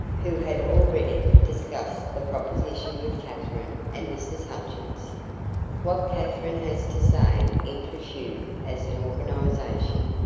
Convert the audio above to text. who had already discussed the proposition with katherine and mrs. hutchins what katherine has to say interests you as an organization.